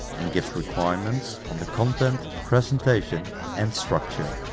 and gives requirements on the content, presentation and structure.